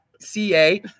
CA